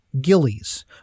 Gillies